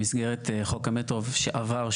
במסגרת חוק המטרו שעבר,